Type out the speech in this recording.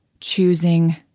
choosing